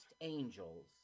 Angels